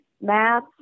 Math